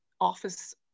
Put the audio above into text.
office